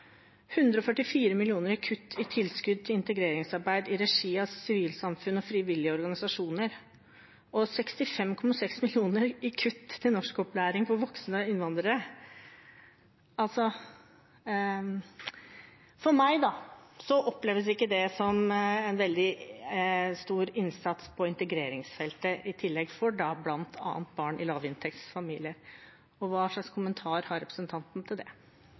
144 mill. kr i kutt i tilskudd til integreringsarbeid i regi av sivilsamfunn og frivillige organisasjoner og 65,7 mill. kr i kutt til norskopplæring for voksne innvandrere. For meg oppleves ikke det som en veldig stor innsats på integreringsfeltet for bl.a. barn i lavinntektsfamilier. Hva slags kommentar har representanten til det?